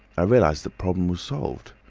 i realised that problem was solved.